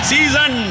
Season